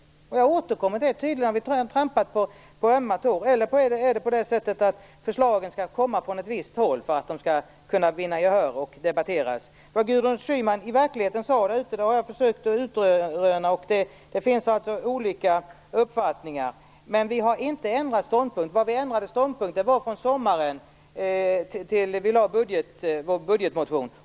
Jag återkommer till att vi tydligen har trampat på ömma tår. Eller så är det så att förslagen skall komma från ett visst håll för att de skall kunna vinna gehör och debatteras. Vad Gudrun Schyman i verkligheten sade har jag försökt utröna. Det finns olika uppfattningar om det, men vi har inte nu ändrat vår ståndpunkt. Vi ändrade däremot vår ståndpunkt från sommaren när vi lade fram vår budgetmotion.